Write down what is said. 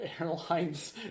airlines